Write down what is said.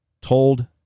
told